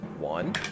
One